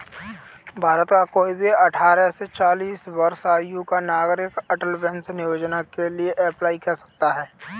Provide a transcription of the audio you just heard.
भारत का कोई भी अठारह से चालीस वर्ष आयु का नागरिक अटल पेंशन योजना के लिए अप्लाई कर सकता है